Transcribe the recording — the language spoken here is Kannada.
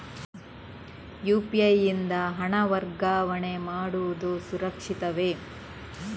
ಯು.ಪಿ.ಐ ಯಿಂದ ಹಣ ವರ್ಗಾವಣೆ ಮಾಡುವುದು ಸುರಕ್ಷಿತವೇ?